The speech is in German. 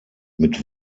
mit